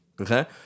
Okay